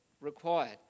required